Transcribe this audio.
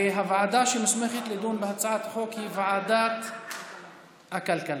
הוועדה שמוסמכת לדון בהצעת החוק היא ועדת הכלכלה.